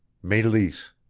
meleese.